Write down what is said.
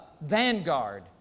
vanguard